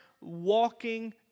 walking